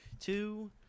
two